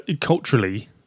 culturally